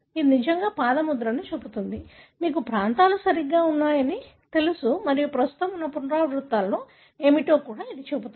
ఇది నిజంగా పాద ముద్రను చూపుతుంది మీకు ప్రాంతాలు సరిగ్గా ఉన్నాయని మీకు తెలుసు మరియు ప్రస్తుతం ఉన్న పునరావృత్తులు ఏమిటో కూడా ఇది చూపుతుంది